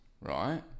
right